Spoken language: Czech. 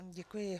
Děkuji.